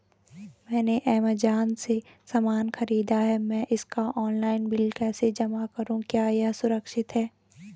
मैंने ऐमज़ान से सामान खरीदा है मैं इसका ऑनलाइन बिल कैसे जमा करूँ क्या यह सुरक्षित है?